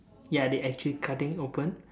ya they actually cut it open